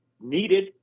needed